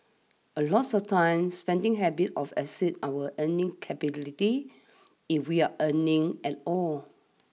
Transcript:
a lots of times spending habits of exceeds our earning capabilities if we're earning at all